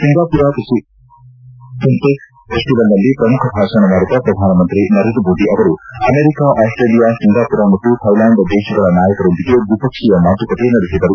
Singapore fintech ಫೆಸ್ಟಿವಲ್ನಲ್ಲಿ ಪ್ರಮುಖ ಭಾಷಣ ಮಾಡಿದ ಪ್ರಧಾನಮಂತ್ರಿ ನರೇಂದ್ರ ಮೋದಿ ಅವರು ಅಮೆರಿಕ ಆಸ್ಟೇಲಿಯಾ ಸಿಂಗಾಮರ ಮತ್ತು ಥೈಲ್ಯಾಂಡ್ ದೇಶಗಳ ನಾಯಕರೊಂದಿಗೆ ದ್ವಿಪಕ್ಷೀಯ ಮಾತುಕತೆ ನಡೆಸಿದರು